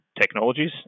technologies